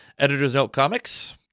editorsnotecomics